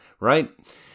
right